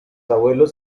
abuelos